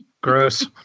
Gross